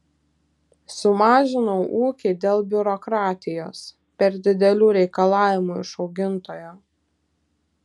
sumažinau ūkį dėl biurokratijos per didelių reikalavimų iš augintojo